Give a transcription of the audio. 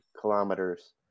kilometers